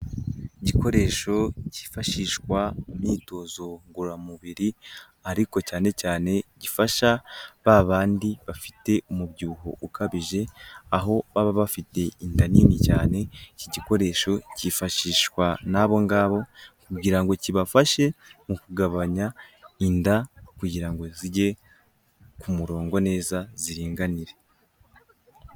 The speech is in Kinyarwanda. Igikoresho cyifashishwa imyitozo ngororamubiri, ariko cyane cyane gifasha ba bandi bafite umubyibuho ukabije, aho baba bafite inda nini cyane, iki gikoresho cyifashishwa nabo ngabo kugira ngo kibafashe, mu kugabanya inda kugira ngo zijye ku murongo neza ziringanire.